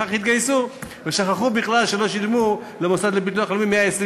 ואחר כך התגייסו ושכחו שלא שילמו למוסד לביטוח לאומי 120 שקל.